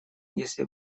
если